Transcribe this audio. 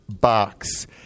Box